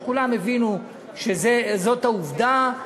וכולם הבינו שזו העובדה,